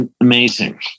Amazing